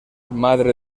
madre